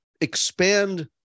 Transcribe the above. expand